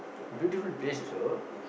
beautiful place also